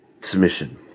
submission